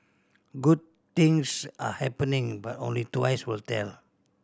good things are happening but only twice will tell